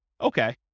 Okay